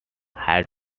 had